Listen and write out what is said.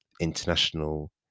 international